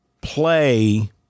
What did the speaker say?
play